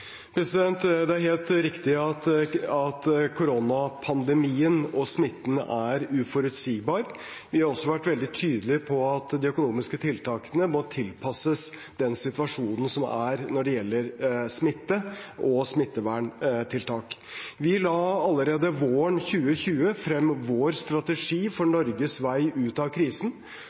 Det er helt riktig at koronapandemien og smitten er uforutsigbar. Vi har også vært veldig tydelige på at de økonomiske tiltakene må tilpasses den situasjonen som er når det gjelder smitte og smitteverntiltak. Vi la allerede våren 2020 frem vår strategi for Norges vei ut av krisen,